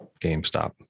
GameStop